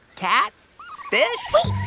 cat fish wait,